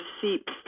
seep